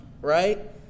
right